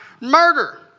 murder